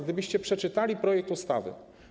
Gdybyście przeczytali projekt ustawy.